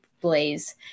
blaze